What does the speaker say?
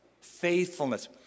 Faithfulness